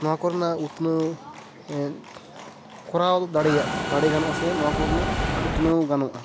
ᱱᱚᱣᱟ ᱠᱚ ᱨᱮᱱᱟᱜ ᱩᱛᱱᱟᱹᱣ ᱠᱚᱨᱟᱣ ᱫᱟᱲᱮᱭᱟᱜ ᱫᱟᱲᱮᱜᱟᱱᱚᱜᱼᱟ ᱥᱮ ᱱᱚᱣᱟ ᱠᱚ ᱨᱮᱱᱟᱜ ᱩᱛᱱᱟᱹᱣ ᱜᱟᱱᱚᱜᱼᱟ